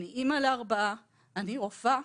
אני אמא לארבעה, אני רופאה